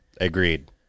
Agreed